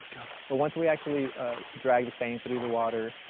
but once we actually drag the seine through the water,